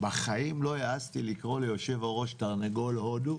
בחיים לא העזתי לקרוא ליושב-הראש תרנגול הודו,